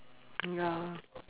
mm ya